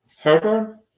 Herbert